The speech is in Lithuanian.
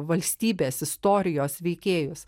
valstybės istorijos veikėjus